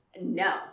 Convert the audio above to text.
no